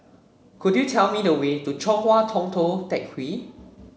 could you tell me the way to Chong Hua Tong Tou Teck Hwee